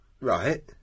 Right